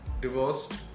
divorced